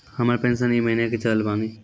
हमर पेंशन ई महीने के चढ़लऽ बानी?